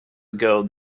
ago